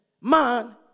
man